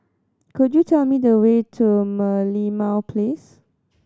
could you tell me the way to Merlimau Place